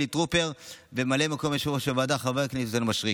חילי טרופר וממלא יושב-ראש הוועדה חבר הכנסת יונתן מישרקי,